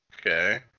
Okay